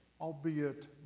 albeit